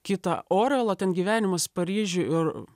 kitą orelo ten gyvenimas paryžiuj ir